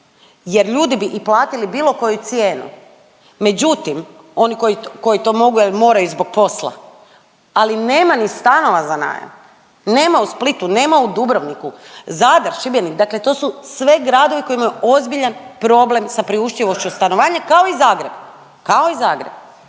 jer ljudi bi i platili bilo koju cijenu, međutim oni koji, koji to mogu jer moraju zbog posla, ali nema ni stanova za najam, nema u Splitu, nema u Dubrovniku, Zadar, Šibenik, dakle to su sve gradovi koji imaju ozbiljan problem sa priuštivošću stanovanja, kao i Zagreb, kao i Zagreb